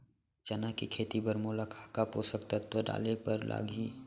चना के खेती बर मोला का का पोसक तत्व डाले बर लागही?